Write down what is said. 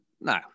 no